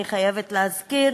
אני חייבת להזכיר